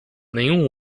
nenhum